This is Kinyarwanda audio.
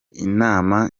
inama